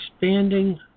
expanding